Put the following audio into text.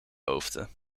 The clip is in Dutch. hoofden